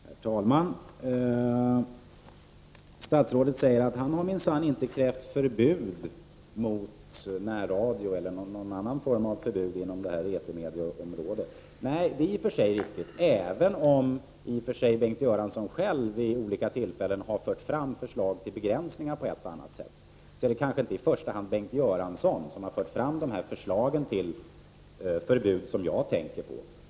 Herr talman! Statsrådet säger att han minsann inte har krävt förbud mot närradio eller mot någon annan verksamhet på etermedieområdet. Det är i och för sig riktigt, även om Bengt Göransson vid olika tillfällen har fört fram förslag till begränsningar på ett eller annat sätt. Det kanske inte i första hand är Bengt Göransson som har fört fram de förslag till förbud som jag nu tänker på.